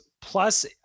Plus